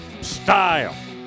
style